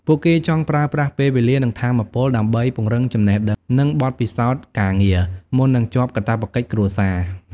ពួកគេចង់ប្រើប្រាស់ពេលវេលា និងថាមពលដើម្បីពង្រឹងចំណេះដឹង និងបទពិសោធន៍ការងារ មុននឹងជាប់កាតព្វកិច្ចគ្រួសារ។